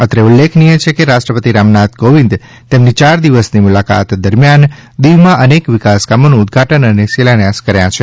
અત્રે ઉલ્લેખનીય છે કે રાષ્ટ્રપતિ રામનાથ કોવિંદ તેમની યાર દિવસની મુલાકાત દરમિયાન દીવમાં અનેક વિકાસ કામોનું ઉદ્દઘાટન અને શિલાન્યાસ કર્યાં છે